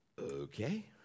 okay